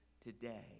today